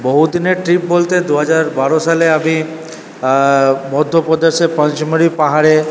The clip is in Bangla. বহুদিনের ট্রিপ বলতে দু হাজার বারো সালে আমি মধ্যপ্রদেশে পঞ্চমাড়ি পাহাড়ে